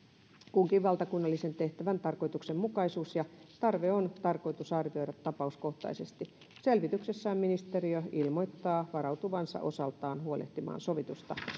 kunkin valtakunnallisen tehtävän tarkoituksenmukaisuus ja tarve on tarkoitus arvioida tapauskohtaisesti selvityksessään ministeriö ilmoittaa varautuvansa osaltaan huolehtimaan sovitusta